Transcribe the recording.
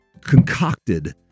concocted